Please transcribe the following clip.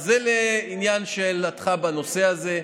אז זה לעניין שאלתך בנושא הזה,